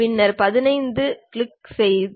பின்னர் 15 ஐக் கிளிக் செய்க